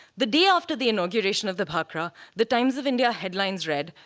the day after the inauguration of the bhakra, the times of india headlines read,